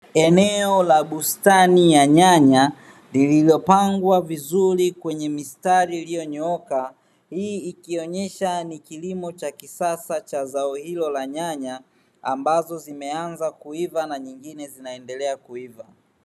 Eneo la bustani ya nyanya lililopangwa vizuri kwenye mistari iliyonyooka, ikionyesha ni kilimo cha kisasa cha zao hilo la nyanya, ambazo zimeanza kuiva na nyingine zinaendelea kuiva.